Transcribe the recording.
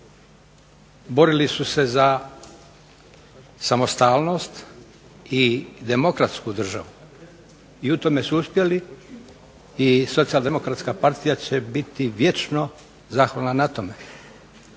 Borili su se za samostalnost i demokratsku državu i u tome su uspjeli i SDP će biti vječno zahvalna na tome.